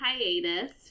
hiatus